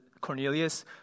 Cornelius